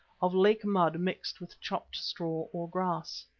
of lake mud mixed with chopped straw or grass.